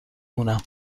مونم